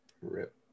Rip